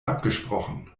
abgesprochen